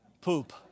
Poop